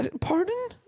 Pardon